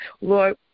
Lord